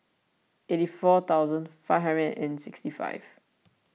eighty four thousand five hundred and sixty five